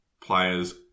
players